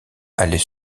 allait